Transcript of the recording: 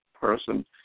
person